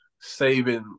saving